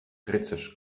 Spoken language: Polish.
rycerz